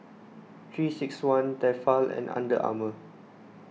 three six one Tefal and Under Armour